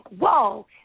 whoa